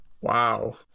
wow